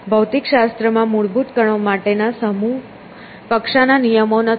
ભૌતિકશાસ્ત્ર માં મૂળભૂત કણો માટે ના સૂક્ષ્મ કક્ષાના નિયમો નથી